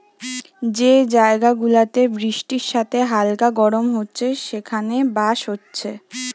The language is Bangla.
যে জায়গা গুলাতে বৃষ্টির সাথে হালকা গরম হচ্ছে সেখানে বাঁশ হচ্ছে